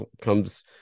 comes